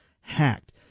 hacked